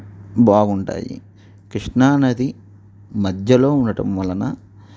బాగుంటాయి కృష్ణా నది మధ్యలో ఉండటం వలన